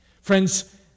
Friends